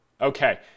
Okay